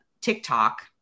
TikTok